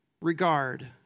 regard